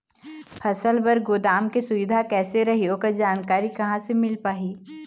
फसल बर गोदाम के सुविधा कैसे रही ओकर जानकारी कहा से मिल पाही?